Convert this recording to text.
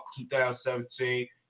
2017